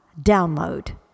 download